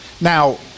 Now